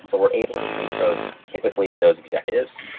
so we're able to link those, typically to those executives,